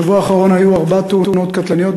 בשבוע האחרון היו ארבע תאונות קטלניות,